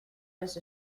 just